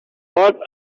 what